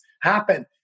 happen